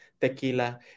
tequila